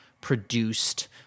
produced